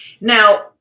Now